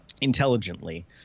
intelligently